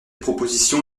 proposition